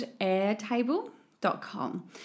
airtable.com